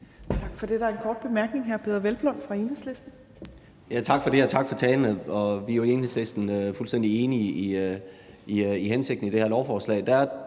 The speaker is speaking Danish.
Tak for det. Der er ikke nogen korte bemærkninger